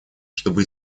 чтобы